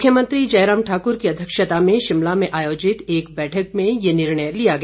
मुख्यमंत्री जयराम ठाकुर की अध्यक्षता में शिमला में आयोजित एक बैठक में ये निर्णय लिया गया